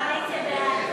להצביע.